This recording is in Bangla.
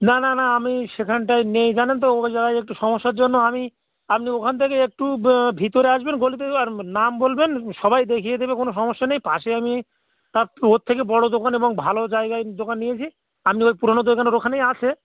না না না আমি সেখানটায় নেই জানেন তো ওই জায়গায় একটু সমস্যার জন্য আমি আপনি ওখান থেকে একটু ভিতরে আসবেন গলিতে আর নাম বলবেন সবাই দেখিয়ে দেবে কোনো সমস্যা নেই পাশে আমি তার ওর থেকে বড় দোকান এবং ভালো জায়গায় দোকান নিয়েছি আমি ওই পুরনো দোকানের ওখানেই এসে